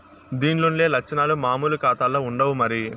దీన్లుండే లచ్చనాలు మామూలు కాతాల్ల ఉండవు మరి